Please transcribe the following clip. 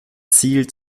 ziel